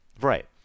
Right